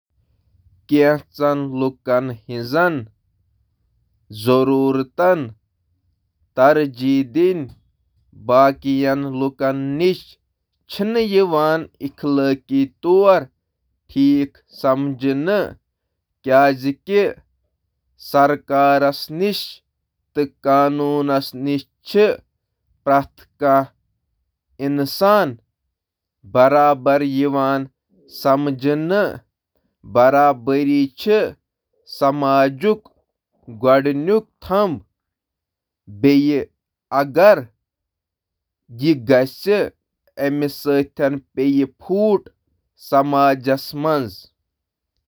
آ، افادیت پسندی ہنٛد اخلأقی اصول مطأبق، کنہہ لوکن ہنٛز ضروریاتن پیٹھ واریہن لوکن ہنٛز ضروریاتن ترجیح دیُن ہیکہٕ اخلأقی أستھ: